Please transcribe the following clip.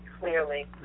clearly